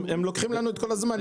הם לוקחים לנו את כל הזמן.